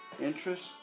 interest